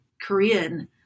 Korean